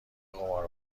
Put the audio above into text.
قمار